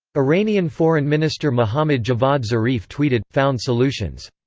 iranian foreign minister mohammad javad zarif tweeted found solutions.